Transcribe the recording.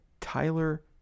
Tyler